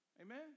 Amen